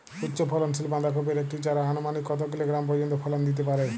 উচ্চ ফলনশীল বাঁধাকপির একটি চারা আনুমানিক কত কিলোগ্রাম পর্যন্ত ফলন দিতে পারে?